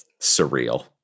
Surreal